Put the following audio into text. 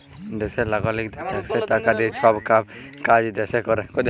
দ্যাশের লাগারিকদের ট্যাক্সের টাকা দিঁয়ে ছব কাম কাজ দ্যাশে ক্যরে